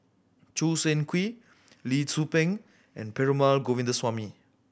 Choo Seng Quee Lee Tzu Pheng and Perumal Govindaswamy